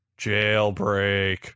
jailbreak